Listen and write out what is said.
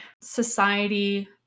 society